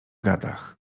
gadach